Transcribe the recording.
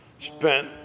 spent